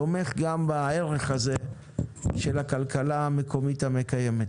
תומך גם בערך הזה של הכלכלה המקומית המקיימת.